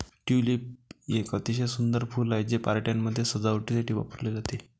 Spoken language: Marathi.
ट्यूलिप एक अतिशय सुंदर फूल आहे, ते पार्ट्यांमध्ये सजावटीसाठी वापरले जाते